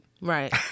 Right